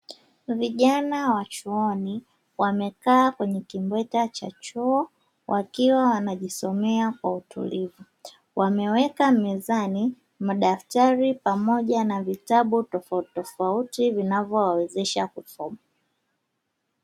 Vijana wa chuoni, wamekaa kwenye kimbweta cha chuo, wakiwa wanajisomea kwa utulivu, wameweka mezani madaftari pamoja na vitabu tofautitofauti vinavyowawezesha kusoma.